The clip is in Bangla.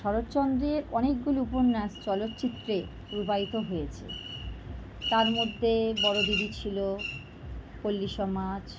শরৎচন্দ্রের অনেকগুলো উপন্যাস চলচ্চিত্রে পূর্বায়িত হয়েছে তার মধ্যে বড়োদিদি ছিলো পল্লীসমাজ